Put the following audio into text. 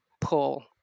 pull